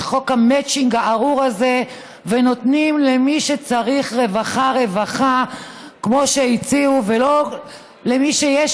חוק המצ'ינג הארור הזה ונותנים רווחה למי שצריך רווחה,